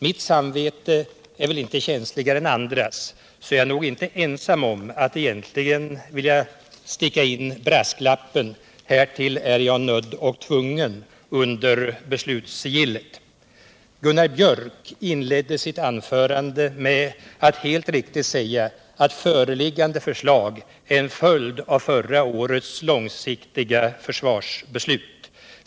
Mitt samvete är väl inte känsligare än andras, så jag är nog inte ensam om att egentligen vilja sticka in brasklappen ”härtill är jag nödd och tvungen” under beslutssigillet. Gunnar Björk i Gävle inledde sitt anförande med att helt riktigt säga att föreliggande förslag är en följd av förra årets långsiktiga försvarsbeslut.